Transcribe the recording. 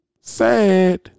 sad